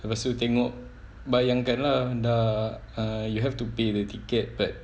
lepas tu tengok bayangkan lah dah err you have to pay the ticket but